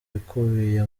bikubiye